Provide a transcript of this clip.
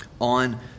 on